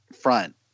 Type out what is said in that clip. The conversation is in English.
front